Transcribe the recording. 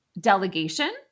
delegation